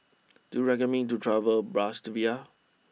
do you recommend me to travel to Bratislava